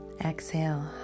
exhale